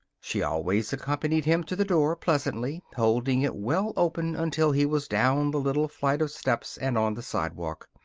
she always accompanied him to the door pleasantly, holding it well open until he was down the little flight of steps and on the sidewalk.